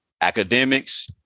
academics